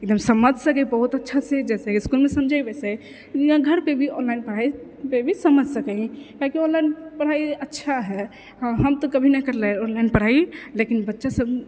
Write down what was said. एकदम समझ सकैए बहुत अच्छासँ जैसे इसकुलमे समझै हैय वैसे ने घरपर भी ऑनलाइन पढ़ाइमे भी समझ सकै हैय कियाकि ऑनलाइन पढ़ाइ अच्छा हैय हाँ हम तऽ कभी नहि करलैइ ऑनलाइन पढ़ाइ लेकिन बच्चे सभ